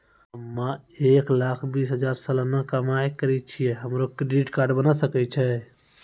हम्मय एक लाख बीस हजार सलाना कमाई करे छियै, हमरो क्रेडिट कार्ड बने सकय छै?